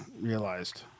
realized